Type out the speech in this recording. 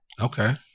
Okay